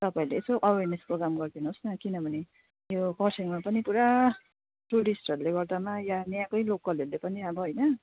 तपाईँहरूले यसो awareness programme गरिदिनु होस् न किनभने यो खरसाङमा पनि पुरा टुरिस्टहरूले गर्दामा यहाँ यहाँकै लोकलहरूले पनि अब होइन